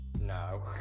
No